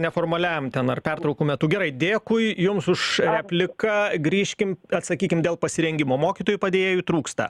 neformaliam ten ar pertraukų metu gerai dėkui jums už repliką grįžkim atsakykim dėl pasirengimo mokytojų padėjėjų trūksta